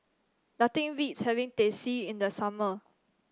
nothing beats having Teh C in the summer